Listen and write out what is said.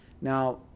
now